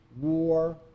war